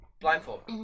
Blindfold